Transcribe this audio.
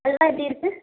அல்வா எப்படி இருக்கு